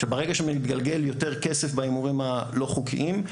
ברגע שמתגלגל יותר כסף בהימורים הלא חוקיים,